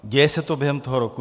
Děje se to během toho roku?